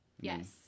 Yes